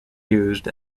used